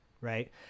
right